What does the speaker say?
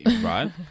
Right